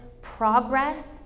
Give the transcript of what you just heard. progress